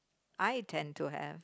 I tend to have